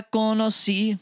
conocí